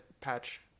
patch